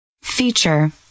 Feature